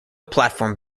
platform